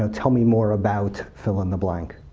ah tell me more about fill in the blank.